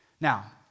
Now